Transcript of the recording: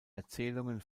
erzählungen